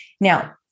Now